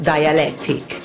Dialectic